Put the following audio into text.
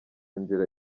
inzira